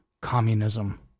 communism